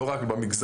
לא רק במגזר.